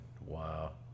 wow